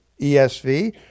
ESV